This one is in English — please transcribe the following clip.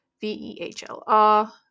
V-E-H-L-R